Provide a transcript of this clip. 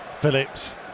Phillips